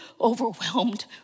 overwhelmed